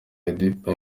y’indirimbo